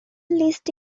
list